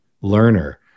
learner